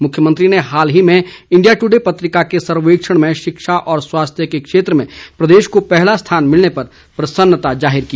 मुख्यमंत्री ने हाल ही में इंडिया टूडे पत्रिका के सर्वेक्षण में शिक्षा व स्वास्थ्य क्षेत्र में प्रदेश को पहला स्थान मिलने पर प्रसन्नता जाहिर की